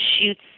shoots